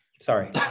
sorry